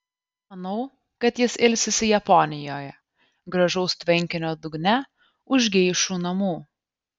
manau kad jis ilsisi japonijoje gražaus tvenkinio dugne už geišų namų